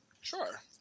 Sure